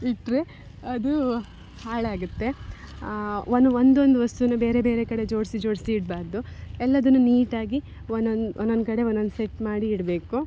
ಇಟ್ಟರೆ ಅದು ಹಾಳಾಗುತ್ತೆ ಒಂದು ಒಂದೊಂದು ವಸ್ತುನ ಬೇರೆ ಬೇರೆ ಕಡೆ ಜೋಡಿಸಿ ಜೋಡಿಸಿ ಇಡಬಾರ್ದು ಎಲ್ಲದನ್ನೂ ನೀಟಾಗಿ ಒಂದೊಂದು ಒಂದೊಂದ್ ಕಡೆ ಒಂದೊಂದ್ ಸೆಟ್ ಮಾಡಿ ಇಡಬೇಕು